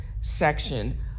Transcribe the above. section